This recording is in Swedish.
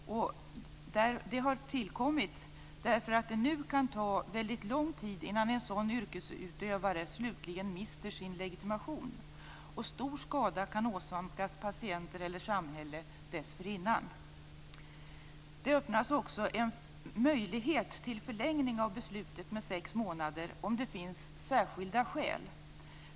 Det har tillkommit därför att det nu kan ta lång tid innan en sådan yrkesutövare slutligen mister sin legitimation. Stor skada kan åsamkas patienter eller samhället dessförinnan. Det öppnas också en möjlighet till förlängning av beslutet med sex månader om det finns särskilda skäl.